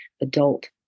adult